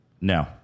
No